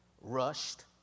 rushed